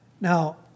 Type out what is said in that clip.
Now